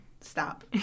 stop